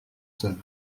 sœurs